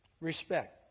Respect